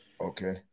Okay